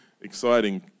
exciting